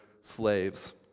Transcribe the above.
slaves